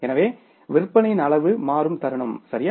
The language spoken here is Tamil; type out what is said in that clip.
எனவே விற்பனையின் அளவு மாறும் தருணம் சரியா